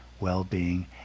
well-being